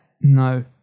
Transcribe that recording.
No